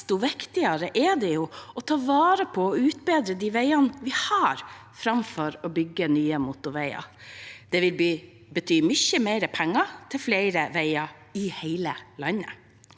Desto viktigere er det å ta vare på og utbedre de veiene vi har – framfor å bygge nye motorveier. Det vil bety mye mer penger til flere veier i hele landet.